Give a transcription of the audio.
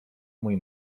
mój